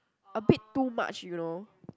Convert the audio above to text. a bit too much you know